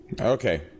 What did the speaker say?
Okay